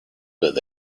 with